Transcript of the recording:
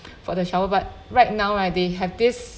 for the shower but right now they have this